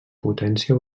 potència